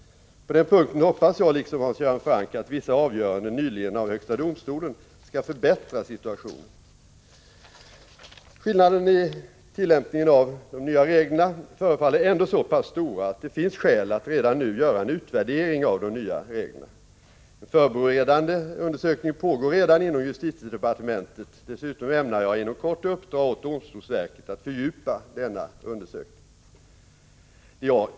På den punkten hoppas jag, liksom Hans Göran Franck, att vissa avgöranden nyligen av högsta domstolen skall förbättra situationen. Skillnaderna i tillämpningen av de nya reglerna förefaller ändå så pass stora, att det finns skäl att redan nu göra en utvärdering av de nya reglerna. En förberedande undersökning pågår redan inom justitiedepartementet. Dessutom ämnar jag inom kort uppdra åt domstolsverket att fördjupa denna undersökning.